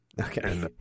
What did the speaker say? Okay